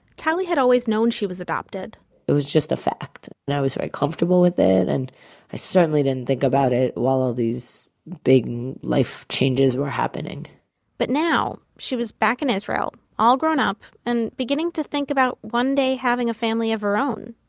tali had always known she was adopted it was just a fact and i was very comfortable with it and i certainly didn't think about it while all these big life changes were happening but now, she was back in israel, all grown up, and beginning to think about one day having a family of her own.